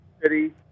city